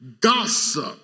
gossip